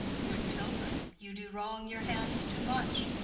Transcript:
good pilgrim, you do wrong your hand too much,